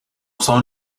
son